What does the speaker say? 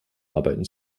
arbeiten